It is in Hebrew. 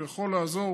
הוא יכול לעזור,